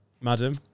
Madam